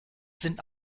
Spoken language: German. sind